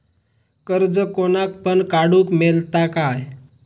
कर्ज कोणाक पण काडूक मेलता काय?